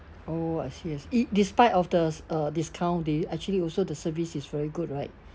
oh I see I see it despite of the uh discount they actually also the service is very good right